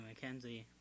McKenzie